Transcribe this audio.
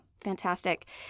fantastic